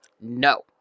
No